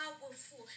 Powerful